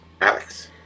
Alex